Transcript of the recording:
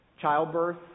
Childbirth